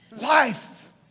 Life